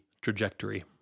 trajectory